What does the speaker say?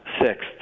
sixth